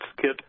kit